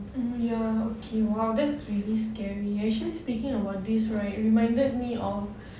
mm ya okay !wow! that's really scary actually speaking about this right reminded me of